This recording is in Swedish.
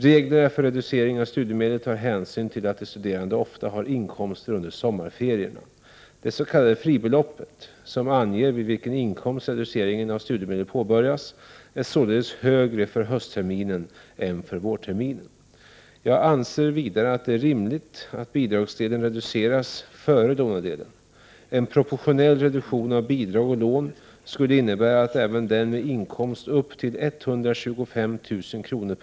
Reglerna för reducering av studiemedel tar hänsyn till att de studerande ofta har inkomster under sommarferierna. Det s.k. fribeloppet, som anger vid vilken inkomst reduceringen av studiemedel påbörjas, är således högre för höstterminen än för vårterminen. Jag anser vidare att det är rimligt att bidragsdelen reduceras före lånedelen. En proportionell reduktion av bidrag och lån skulle innebära att även den med inkomster upp till 125 000 kr.